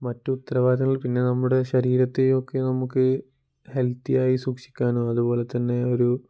മറ്റ് ഉത്തരവാദിത്വങ്ങൾ പിന്നെ നമ്മുടെ ശരീരത്തെയൊക്കെ നമുക്ക് ഹെൽത്തിയായി സൂക്ഷിക്കാനും അതുപോലെ തന്നെ ഒരു